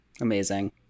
Amazing